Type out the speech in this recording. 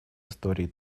истории